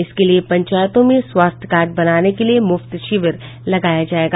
इसके लिए पंचायतों में स्वास्थ्य कार्ड बनाने के लिए मुफ्त शिविर लगाया जायेगा